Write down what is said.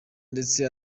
ndetse